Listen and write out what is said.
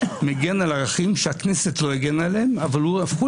מגן על ערכים שהכנסת לא הגנה עליהם אבל הפכו